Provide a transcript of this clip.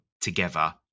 together